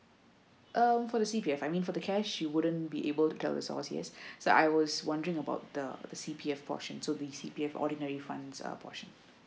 uh for the C_P_F I mean for the cash she wouldn't be able to tell us all yet so I was wondering about the the C_P_F portion so will be the C_P_F ordinary funds portion